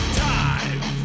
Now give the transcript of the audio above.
time